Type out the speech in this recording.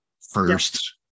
first